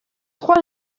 trois